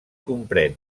comprèn